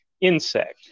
insect